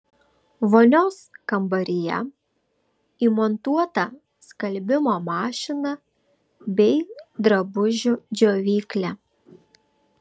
vonios kambaryje įmontuota skalbimo mašina bei drabužių džiovyklė